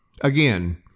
Again